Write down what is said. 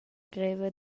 greva